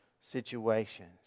situations